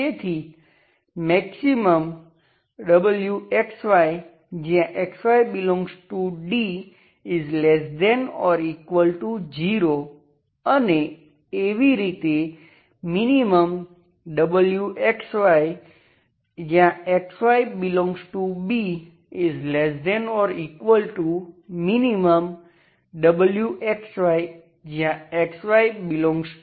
તેથી maxwxy ∈D ≤0 અને એવી રીતે minwxy ∈B ≤minwxy ∈D છે